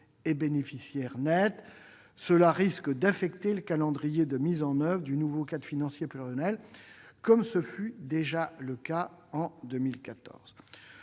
et bénéficiaires nets. Cela risque d'affecter le calendrier de mise en oeuvre du nouveau cadre financier pluriannuel, comme ce fut déjà le cas en 2014.